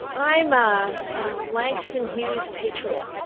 i'm a langston hughes patriot.